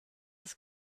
ist